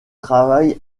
travaille